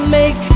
make